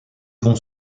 vont